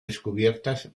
descubiertas